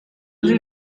sie